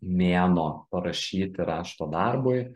mėnuo parašyti rašto darbui